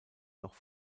noch